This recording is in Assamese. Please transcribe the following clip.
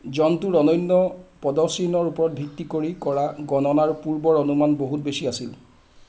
জন্তুৰ অনন্য পদচিহ্নৰ ওপৰত ভিত্তি কৰি কৰা গণনাৰ পূৰ্বৰ অনুমান বহুত বেছি আছিল